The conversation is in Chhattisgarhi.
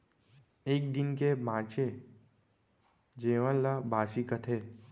एक दिन के बांचे जेवन ल बासी कथें